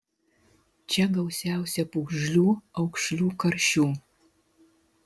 čia gausiausia pūgžlių aukšlių karšių